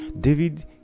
David